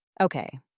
Okay